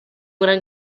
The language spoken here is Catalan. gran